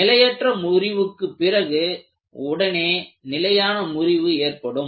நிலையற்ற முறிவுக்கு பிறகு உடனே நிலையான முறிவு ஏற்படும்